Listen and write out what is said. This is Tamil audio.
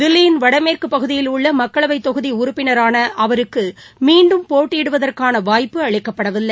தில்லியின் வடமேற்குப் பகுதியில் உள்ள மக்களவைத் தொகுதி உறுப்பினரான அவருக்கு மீண்டும் போட்டியிடுவதற்கான வாய்ப்பு அளிக்கப்படவில்லை